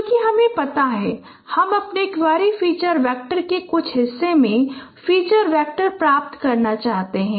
क्योंकि हमे पता है कि हम अपने क्वेरी फ़ीचर वेक्टर के कुछ हिस्से में फ़ीचर वैक्टर प्राप्त करना चाहते हैं